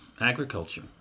agriculture